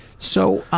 so,